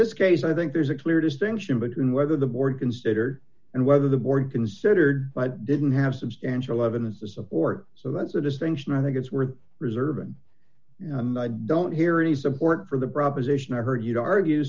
this case i think there's a clear distinction between whether the board consider and whether the board considered but didn't have substantial evidence to support so that's a distinction i think it's worth preserving i don't hear any support for the proposition i heard you to argue